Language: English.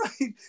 Right